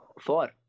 Four